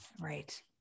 right